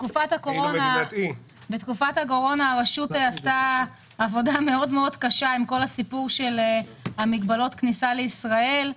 בתקופת הקורונה הרשות עשתה עבודה קשה סביב מגבלות הכניסה לישראל.